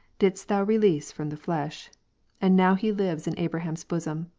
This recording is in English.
didst thou release from the flesh and now he lives in abraham's bosom.